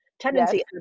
tendency